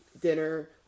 dinner